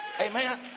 Amen